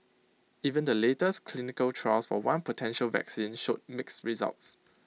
even the latest clinical trials for one potential vaccine showed mixed results